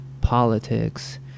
politics